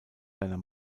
seiner